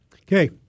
Okay